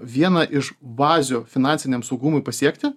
vieną iš bazių finansiniam saugumui pasiekti